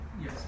Yes